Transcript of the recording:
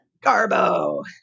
Garbo